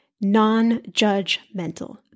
non-judgmental